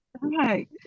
Right